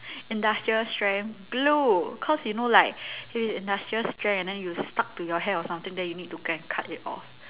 industrial strength glue cause you know like industrial strength and then you stuck to your hair or something then you need to go and cut it off